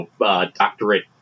doctorate